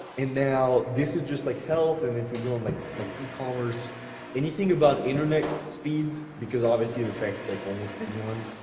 and now this is just like health and if we go on and like like ecommerce, anything about internet speeds because obviously it affects like almost anyone.